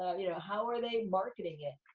you know, how are they marketing it?